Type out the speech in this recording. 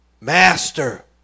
Master